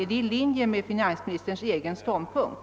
Är det i linje med finansministerns egen ståndpunkt?